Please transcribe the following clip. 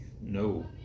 No